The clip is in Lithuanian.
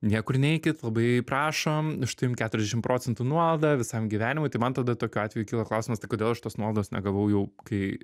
niekur neikit labai prašom štai jum keturiasdešimt procentų nuolaida visam gyvenimui tai man tada tokiu atveju kyla klausimas tai kodėl aš tos nuolaidos negavau jau kai